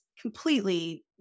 completely